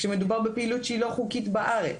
כשמדובר בפעילות שהיא לא חוקית בארץ.